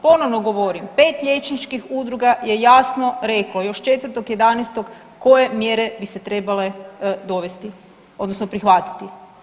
Ponovno govorim, 5 liječničkih udruga je jasno reklo još 4. 11. koje mjere bi se trebale dovesti odnosno prihvatiti.